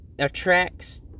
Attracts